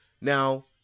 Now